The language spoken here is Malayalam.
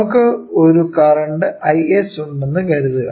നമുക്ക് ഒരു കറന്റ് Is ഉണ്ടെന്ന് കരുതുക